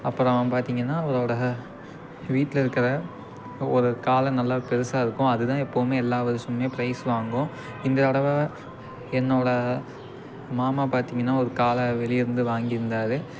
அப்புறம் பார்த்தீங்கன்னா அவரோடய வீட்டில் இருக்கிற ஒரு காளை நல்ல பெருசாக இருக்கும் அதுதான் எப்பவும் எல்லா வருஷமும் ப்ரைஸ் வாங்கும் இந்த தடவை என்னோடய மாமா பார்த்தீங்கன்னா ஒரு காளை வெளியேருந்து வாங்கியிருந்தார்